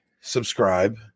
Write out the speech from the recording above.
subscribe